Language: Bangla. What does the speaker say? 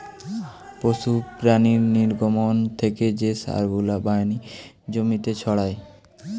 পশু প্রাণীর নির্গমন থেকে যে সার গুলা বানিয়ে জমিতে ছড়ায়